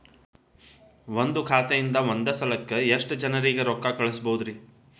ಒಂದ್ ಖಾತೆಯಿಂದ, ಒಂದ್ ಸಲಕ್ಕ ಎಷ್ಟ ಜನರಿಗೆ ರೊಕ್ಕ ಕಳಸಬಹುದ್ರಿ?